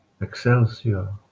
excelsior